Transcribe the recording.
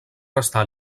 restar